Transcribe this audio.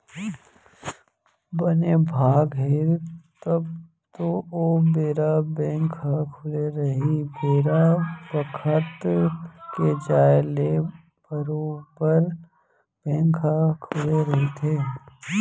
बने भाग हे तब तो ओ बेरा बेंक ह खुले रही बेरा बखत के जाय ले बरोबर बेंक ह खुले रहिथे